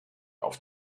auf